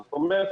זאת אומרת,